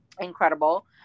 Incredible